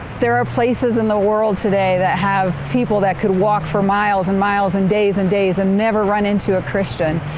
there are places in the world today that have people that can walk for miles and miles and days and days and never run into a christian,